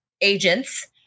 agents